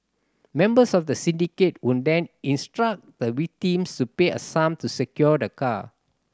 members of the syndicate would then instruct the victims to pay a sum to secure the car